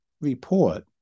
report